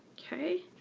okay,